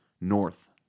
north